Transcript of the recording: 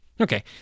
Okay